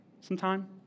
sometime